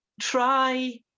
try